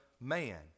man